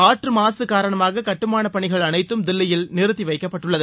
காற்று மாசு காரணமாக கட்டுமானப்பணிகள் அனைத்தும் தில்லியில் நிறுத்திவைக்கப்பட்டுள்ளது